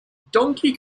donkey